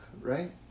right